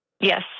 Yes